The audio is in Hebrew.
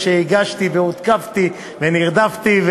שהגשתי והותקפתי ונרדפתי,